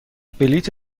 بلیط